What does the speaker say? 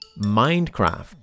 Minecraft